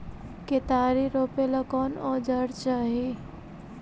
केतारी रोपेला कौन औजर चाही?